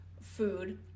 food